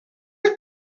غلتی